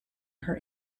her